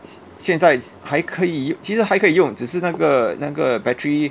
现在还可以其实还可以用只是那个那个 battery